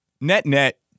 Net-net